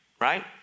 right